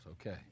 Okay